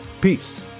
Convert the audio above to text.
Peace